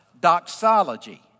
Doxology